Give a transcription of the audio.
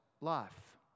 life